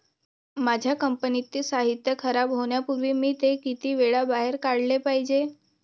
माझ्या कंपनीतील साहित्य खराब होण्यापूर्वी मी ते किती वेळा बाहेर काढले पाहिजे?